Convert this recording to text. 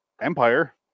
Empire